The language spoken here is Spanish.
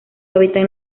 hábitat